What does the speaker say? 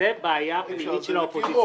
זו בעיה של האופוזיציה.